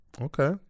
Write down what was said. Okay